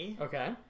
Okay